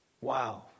Wow